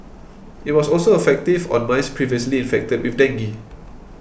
it was also effective on mice previously infected with dengue